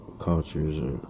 cultures